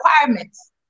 requirements